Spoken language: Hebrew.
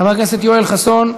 חבר הכנסת יואל חסון,